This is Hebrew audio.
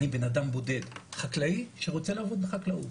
אני בן אדם בודד, חקלאי, שרוצה לעבוד בחקלאות.